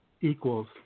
equals